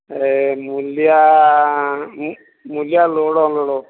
ମୂଲିଆ ମୂଲିଆ load unload